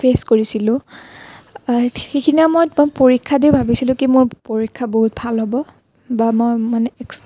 face কৰিছিলোঁ সেইদিনা মই পৰীক্ষা দি ভাবিছিলো কি পৰীক্ষা মোৰ বহুত ভাল হ'ব বা মই মানে